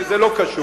שזה לא קשור,